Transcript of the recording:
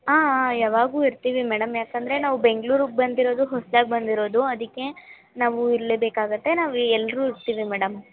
ಹಾಂ ಹಾಂ ಯಾವಾಗೂ ಇರ್ತೀವಿ ಮೇಡಮ್ ಯಾಕಂದರೆ ನಾವು ಬೆಂಗ್ಳೂರಿಗೆ ಬಂದಿರೋದು ಹೊಸ್ದಾಗಿ ಬಂದಿರೋದು ಅದಕ್ಕೆ ನಾವು ಇರಲೇ ಬೇಕಾಗುತ್ತೆ ನಾವು ಎಲ್ಲರು ಇರ್ತೀವಿ ಮೇಡಮ್